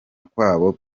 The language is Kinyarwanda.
kwabo